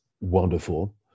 wonderful